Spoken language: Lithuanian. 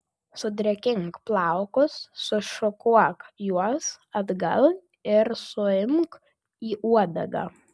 sudrėkink plaukus sušukuok juos atgal ir suimk į uodegą